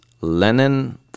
Lenin